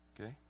okay